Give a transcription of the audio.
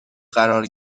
قرار